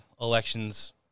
elections